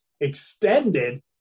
extended